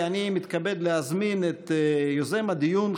אני מתכבד להזמין את יוזם הדיון,